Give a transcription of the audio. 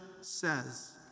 says